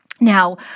Now